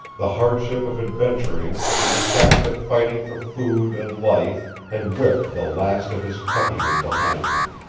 the hardship of adventuring and the craft of fighting for food and life had whipped the last of his puppyhood behind him